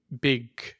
big